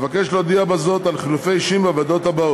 אבקש להודיע בזאת על חילופי אישים בוועדות האלה: